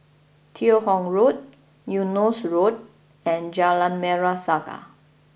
Teo Hong Road Eunos Road and Jalan Merah Saga